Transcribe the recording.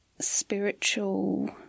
spiritual